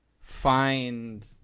find